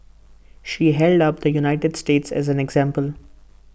she held up the united states as an example